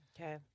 Okay